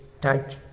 touch